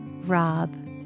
Rob